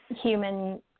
human